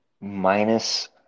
minus